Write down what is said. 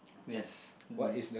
yes hmm